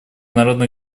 народно